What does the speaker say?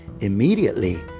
immediately